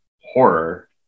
horror